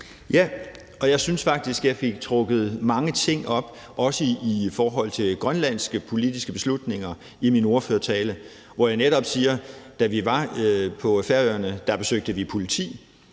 (S): Jeg synes faktisk, at jeg fik trukket mange ting op, også i forhold til grønlandske politiske beslutninger, i min ordførertale, hvor jeg netop sagde, at da vi var på Færøerne, besøgte vi politi,